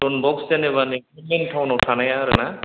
दन बस्क जेनेबा नोंसिनि मेन टाउनाव थानाया आरो ना